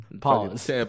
Pause